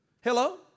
Hello